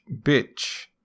bitch